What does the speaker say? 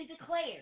declared